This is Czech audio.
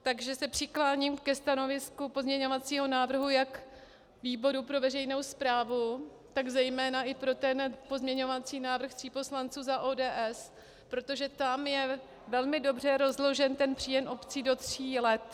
Takže se přikláním ke stanovisku pozměňovacího návrhu jak výboru pro veřejnou správu, tak zejména i pro pozměňovací návrh tří poslanců za ODS, protože tam je velmi dobře rozložen příjem obcí do tří let.